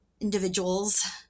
individuals